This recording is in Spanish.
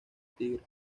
tigre